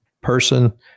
person